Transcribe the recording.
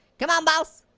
come on boss.